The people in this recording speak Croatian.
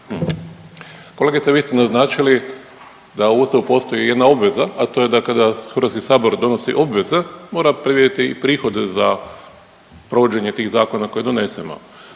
Kolegice vi ste naznačili da u ustavu postoji jedna obveza, a to je da kada HS donosi obveze mora predvidjeti i prihode za provođenje tih zakona koje donesemo.